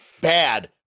bad